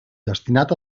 destinat